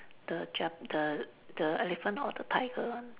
the jap~ the the elephant or the tiger one